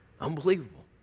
Unbelievable